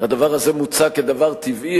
הדבר הזה מוצג כדבר טבעי,